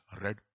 read